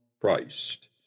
Christ